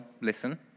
listen